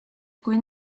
kui